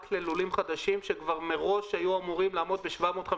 לכללי 2016 לא יגדל את מכסתו או חלק ממנה בלול הבסיס,